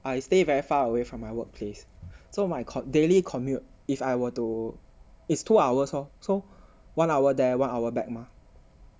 I stay very far away from my workplace so my com~ daily commute if I were to is two hours lor so one hour there one hour back mah